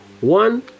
one